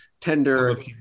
tender